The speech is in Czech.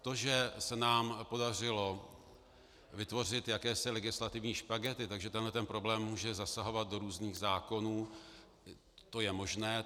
To, že se nám podařilo vytvořit jakési legislativní špagety, takže tento problém může zasahovat do různých zákonů, je možné.